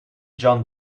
john